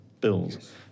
bills